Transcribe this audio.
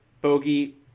Bogey